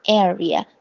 area